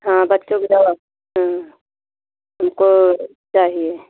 हाँ बच्चो की दवा हाँ हमको चाहिये